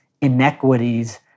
inequities